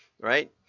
right